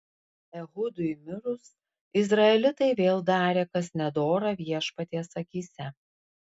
ehudui mirus izraelitai vėl darė kas nedora viešpaties akyse